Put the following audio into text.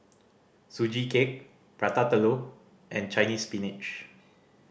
Sugee Cake Prata Telur and Chinese Spinach